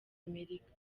amerika